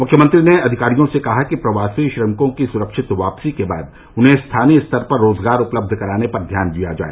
मुख्यमंत्री ने अधिकारियों से कहा कि प्रवासी श्रमिकों की सुरक्षित वापसी के बाद उन्हें स्थानीय स्तर पर रोजगार उपलब्ध कराने पर ध्यान दिया जाए